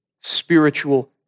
spiritual